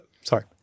sorry